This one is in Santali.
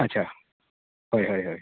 ᱟᱪᱪᱷᱟ ᱦᱳᱭ ᱦᱳᱭ